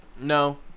No